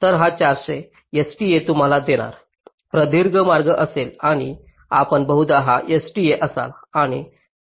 तर हा 400 हा STA तुम्हाला देणारा प्रदीर्घ मार्ग असेल आणि आपण बहुधा हा STA असाल आणि